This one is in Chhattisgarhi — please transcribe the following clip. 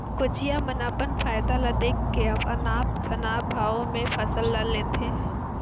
कोचिया मन अपन फायदा ल देख के अनाप शनाप भाव में फसल ल लेथे